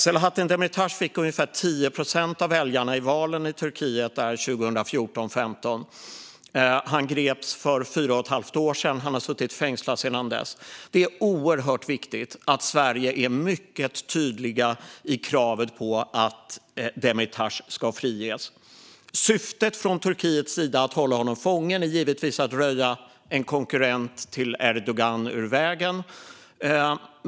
Selahattin Demirtas fick ungefär 10 procent av väljarnas röster i valen i Turkiet 2014-2015. Han greps för fyra och ett halvt år sedan och har suttit fängslad sedan dess. Det är oerhört viktigt att Sverige är mycket tydligt i kravet på att Demirtas ska friges. Syftet från Turkiets sida med att hålla honom fången är givetvis att röja en konkurrent till Erdogan ur vägen.